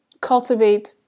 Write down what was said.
cultivate